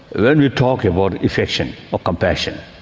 when we talk about affection or compassion,